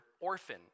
orphan